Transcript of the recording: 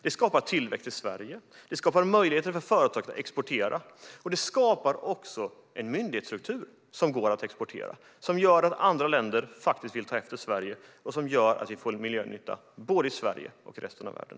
Det skapar tillväxt i Sverige och möjligheter för företag att exportera. Det skapar också en myndighetsstruktur som går att exportera, som andra länder vill ta efter. Det gör att vi får miljönytta både i Sverige och i resten av världen.